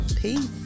peace